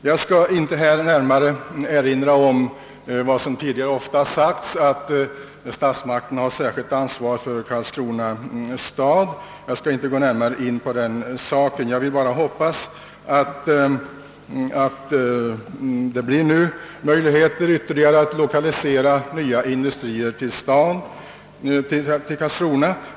Jag skall inte närmare gå in på vad som tidigare ofta har sagts, nämligen att statsmakterna har ett särskilt ansvar för Karlskrona stad. Jag hoppas att det skall bli möjligt att lokalisera nya industrier till Karlskrona.